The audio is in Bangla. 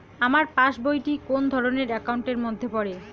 আমার পাশ বই টি কোন ধরণের একাউন্ট এর মধ্যে পড়ে?